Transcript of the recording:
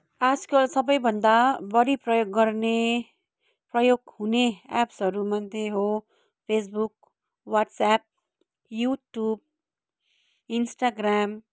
आजकल सबैभन्दा बढी प्रयोग गर्ने प्रयोग हुने एप्सहरूमध्ये हो फेसबुक वाट्सएप युट्युब इन्स्टाग्राम